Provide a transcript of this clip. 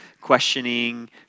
questioning